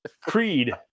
creed